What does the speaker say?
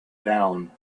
down